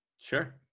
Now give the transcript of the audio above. Sure